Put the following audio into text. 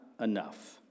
enough